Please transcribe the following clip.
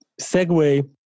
segue